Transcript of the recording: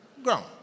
ground